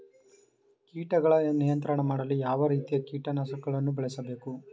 ಕೀಟಗಳ ನಿಯಂತ್ರಣ ಮಾಡಲು ಯಾವ ರೀತಿಯ ಕೀಟನಾಶಕಗಳನ್ನು ಬಳಸಬೇಕು?